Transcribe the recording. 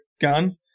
gun